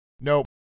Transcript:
Nope